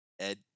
Ed